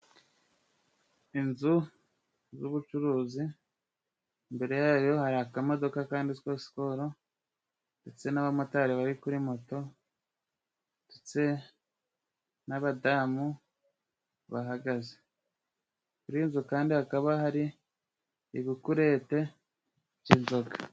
Inzu z'ubucuruzi, imbere ya yo hari akamodoka kanditswe ho sikoro, ndetse n'abamotari bari kuri moto, ndetse n'abadamu bahagaze. Kuri izi nzu kandi, hakaba hari ibikurete by'inzoga.